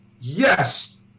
Yes